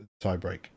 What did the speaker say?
tiebreak